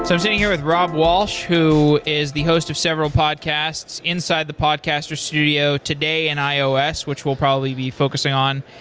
i'm sitting here with rob walch, who is the host of several podcasts inside the podcaster studio today in ios which we'll probably be focusing on,